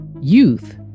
Youth